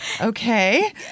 Okay